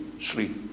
sleep